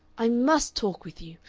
i must talk with you.